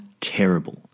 terrible